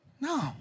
No